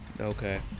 Okay